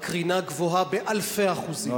הקרינה גבוהה באלפי אחוזים.